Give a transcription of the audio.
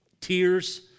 tears